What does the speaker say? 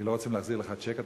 כי לא רוצים להחזיר לך צ'ק,